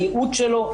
הייעוד שלו,